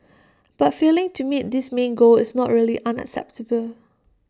but failing to meet this main goal is not really unacceptable